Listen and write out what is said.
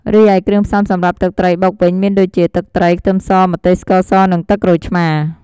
រីឯគ្រឿងផ្សំសម្រាប់ទឹកត្រីបុកវិញមានដូចជា ទឹកត្រី ខ្ទឹមស ម្ទេស ស្ករស និងទឹកក្រូចឆ្មារ។